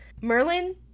merlin